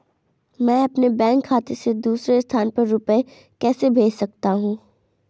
मैं अपने बैंक खाते से दूसरे स्थान पर रुपए कैसे भेज सकता हूँ?